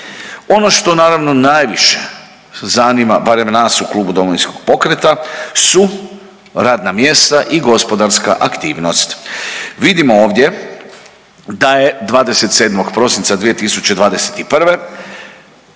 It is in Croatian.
Ono što naravno najviše zanima, barem nas u Klubu Domovinskog pokreta su radna mjesta i gospodarska aktivnost. Vidimo ovdje da je 27. prosinca 2021.